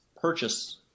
purchase